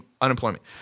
unemployment